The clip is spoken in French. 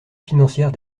financière